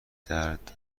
درد